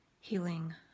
Healing